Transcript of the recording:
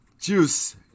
juice